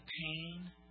pain